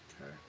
Okay